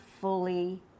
fully